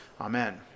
Amen